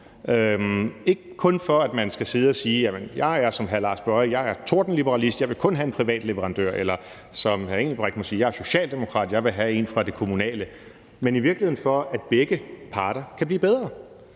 ikke kun for, at man skal sidde og sige, at man er som hr. Lars Boje Mathiesen, at man er tordenliberalist og man kun vil have en privat leverandør, eller som hr. Benny Engelbrecht vil sige, at man er socialdemokrat, og at man vil have en fra det kommunale, men i virkeligheden for, at begge parter kan blive bedre.